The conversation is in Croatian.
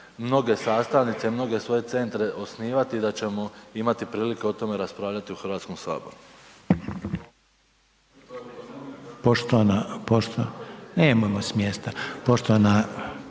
mnoge sastavnice, mnoge svoje centre osnivati, da ćemo imati prilike o tome raspravljati u HS.